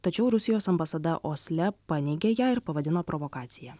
tačiau rusijos ambasada osle paneigė ją ir pavadino provokacija